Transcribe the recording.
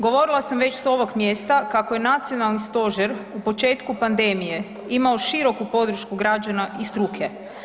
Govorila sam već s ovom mjesta kako je nacionalni stožer u početku pandemije imao široku podršku građana i struke.